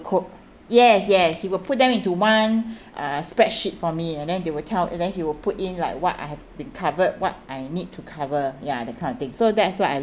quote yes yes he will put them into one uh spreadsheet for me and then they will tell and then he will put in like what I have been covered what I need to cover ya that kind of thing so that's why I